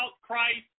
Christ